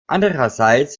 andererseits